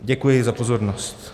Děkuji za pozornost.